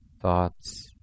thoughts